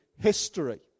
history